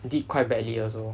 did quite badly also